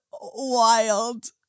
wild